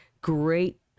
great